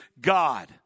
God